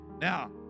Now